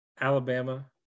Alabama